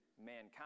mankind